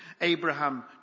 Abraham